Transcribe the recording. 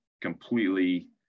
completely